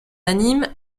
anime